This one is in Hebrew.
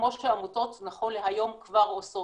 כמו שעמותות נכון להיום כבר עושות,